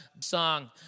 song